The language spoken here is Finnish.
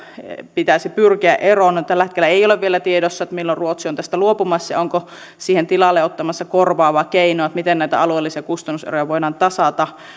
pitäisi pyrkiä eroon no tällä hetkellä ei ole vielä tiedossa milloin ruotsi on tästä luopumassa ja onko siihen tilalle ottamassa korvaavaa keinoa miten näitä alueellisia kustannuseroja voidaan tasata